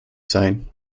sein